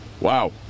wow